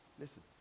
Listen